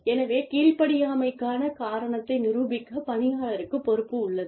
எனவே கீழ்ப்படியாமைக்கான காரணத்தை நிரூபிக்க பணியாளருக்கு பொறுப்பு உள்ளது